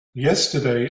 yesterday